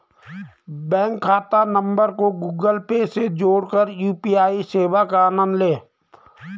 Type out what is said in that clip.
bank खाता नंबर को गूगल पे से जोड़कर यू.पी.आई सेवा का आनंद लें